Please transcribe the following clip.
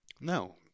No